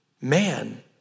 man